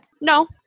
no